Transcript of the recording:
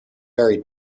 very